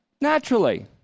naturally